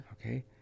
Okay